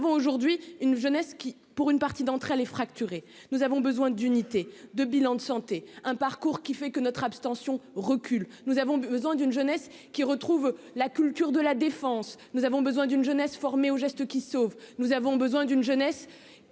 Nous avons aujourd'hui une jeunesse qui pour une partie d'entre elles et fracturé. Nous avons besoin d'unité de bilan de santé. Un parcours qui fait que notre abstention recule. Nous avons besoin d'une jeunesse qui retrouve la culture de la défense, nous avons besoin d'une jeunesse formés aux gestes qui sauvent. Nous avons besoin d'une jeunesse